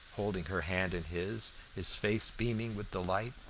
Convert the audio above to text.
holding her hand in his, his face beaming with delight.